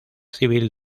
civil